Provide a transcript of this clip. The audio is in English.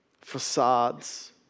facades